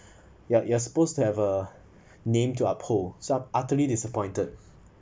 you are you are supposed to have a name to uphold so utterly disappointed